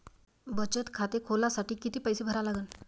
बचत खाते खोलासाठी किती पैसे भरा लागन?